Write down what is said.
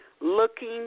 looking